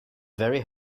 very